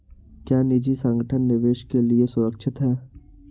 क्या निजी संगठन निवेश के लिए सुरक्षित हैं?